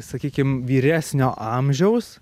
sakykim vyresnio amžiaus